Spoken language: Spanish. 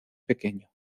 pequeño